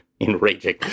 enraging